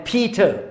Peter